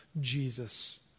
Jesus